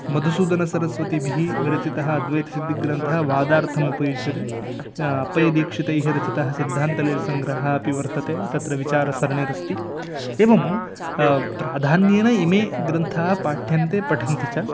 मधुसूदनसरस्वतीभिः विरचितः अद्वैतसिद्धिग्रन्थः वादार्थमुपयुज्यते अप्पय्यदीक्षितैः रचितः सिद्धान्तलेषसङ्ग्रहः अपि वर्तते तत्र विचारसरणिरस्ति एवं प्राधान्येन इमे ग्रन्थाः पाठ्यन्ते पठन्ति च